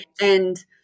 And-